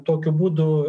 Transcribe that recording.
tokiu būdu